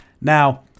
now